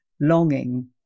longing